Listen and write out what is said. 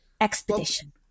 expedition